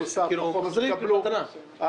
לא.